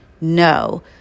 No